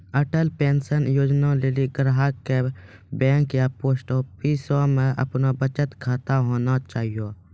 Atal pension Yojana लेली ग्राहक के बैंक या पोस्ट आफिसमे अपनो बचत खाता होना चाहियो